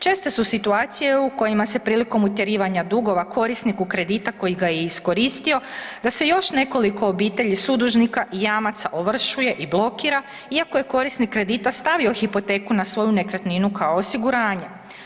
Česte su situacije u kojima se prilikom utjerivanja dugova korisniku kredita koji ga je iskoristio, da se još nekoliko obitelji sudužnika i jamaca ovršuje i blokira iako je korisnik kredita stavio hipoteku na svoju nekretninu kao osiguranje.